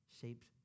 shaped